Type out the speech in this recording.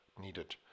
needed